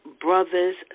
brothers